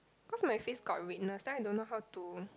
cause my face got redness then I don't know how to